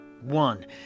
One